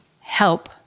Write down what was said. help